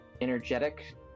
energetic